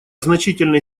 значительной